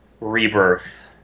rebirth